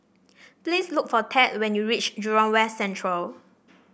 please look for Tad when you reach Jurong West Central